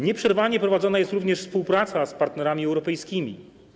Nieprzerwanie prowadzona jest również współpraca z partnerami europejskimi.